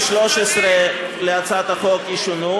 הדבר השני,